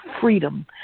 freedom